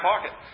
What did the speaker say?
pocket